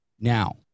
Now